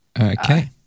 Okay